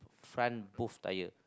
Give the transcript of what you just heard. front both tire